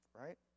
Right